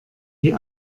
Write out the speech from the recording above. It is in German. die